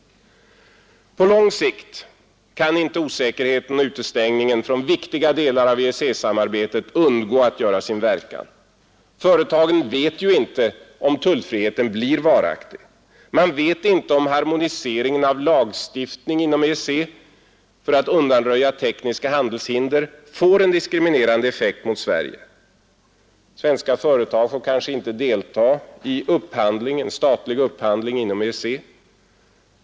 På lång sikt kan inte osäkerheten och utestängningen från viktiga delar av EEC-samarbetet undgå att göra sin verkan. Företagen vet inte om tullfriheten blir varaktig. Man vet inte om harmoniseringen av lagstiftning inom EEC för att undanröja tekniska handelshinder får en diskriminerande effekt mot Sverige. Svenska företag får kanske inte delta i statlig upphandling inom EEC.